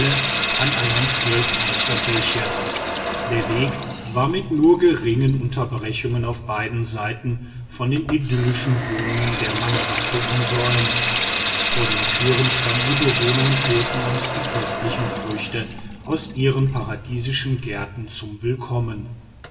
an allein zwölf solcher bäche der weg war mit nur geringen unterbrechungen auf beiden seiten von den idyllischen wohnungen der mangbattu umsäumt vor den türen standen die bewohner und boten uns die köstlichen früchte aus ihren paradiesischen gärten zum willkommen